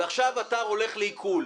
ועכשיו אתה הולך לעיקול.